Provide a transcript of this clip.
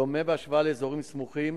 דומה בהשוואה לאזורים סמוכים,